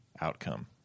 outcome